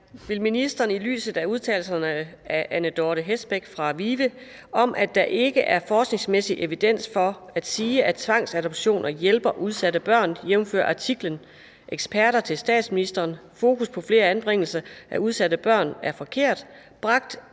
Vil ministeren i lyset af udtalelserne af Anne-Dorthe Hestbæk fra VIVE om, at der ikke er forskningsmæssig evidens for at sige, at tvangsadoptioner hjælper udsatte børn, jf. artiklen »Eksperter til statsministeren: Fokus på flere anbringelser af udsatte børn er forkert« bragt